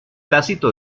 tácito